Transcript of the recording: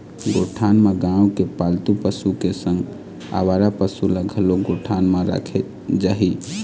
गौठान म गाँव के पालतू पशु के संग अवारा पसु ल घलोक गौठान म राखे जाही